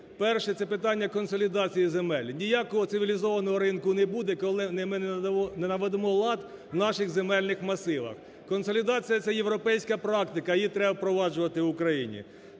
Перше, це питання консолідації земель. Ніякого цивілізованого ринку не буде, коли ми не наведемо лад в наших земельних масивах. Консолідація – це європейська практика, її треба впроваджувати в Україні.